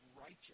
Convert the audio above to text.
righteous